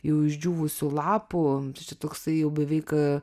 jau išdžiūvusių lapų tai čia toksai jau beveik